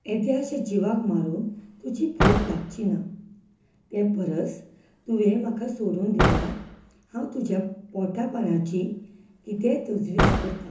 येद्याश्या जिवाक मारून तुजी भूक भागची ना ते परस तुवें म्हाका सोडून दिल्यार हांव तुज्या पोटा पाण्याची कितेंय तजवीज करतां